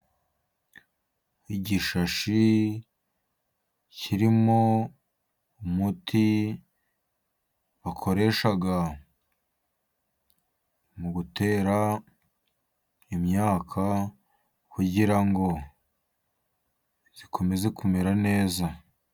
Igishashi kirimo umuti bakoresha mu gutera imyaka, kugira ngo ikomeze kumera neza.